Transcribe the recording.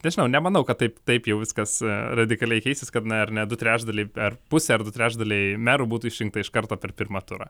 nežinau nemanau kad taip taip jau viskas radikaliai keisis kad na ar ne du trečdaliai per pusę ar du trečdaliai merų būtų išrinkta iš karto per pirmą turą